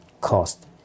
cost